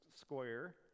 square